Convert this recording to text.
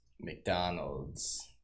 McDonald's